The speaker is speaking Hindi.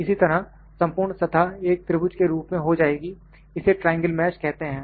इसी तरह संपूर्ण सतह एक त्रिभुज के रूप में हो जाएगी इसे ट्रायंगल मैश कहते हैं